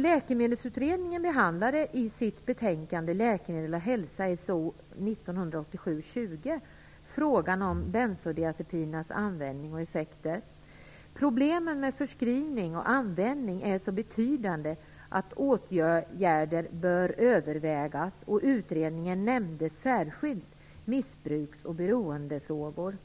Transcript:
Läkemedelsutredningen behandlade i sitt betänkande Läkemedel och hälsa, SOU 1987:20, frågan om bensodiazepinernas användning och effekter. Problemen med förskrivning och användning är så betydande att åtgärder bör övervägas, och utredningen nämnde särskilt missbruks och beroendefrågor,